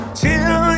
till